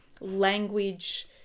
language